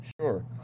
sure